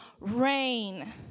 rain